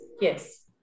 Yes